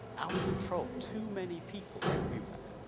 out of control, too many people everywhere,